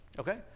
Okay